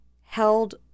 held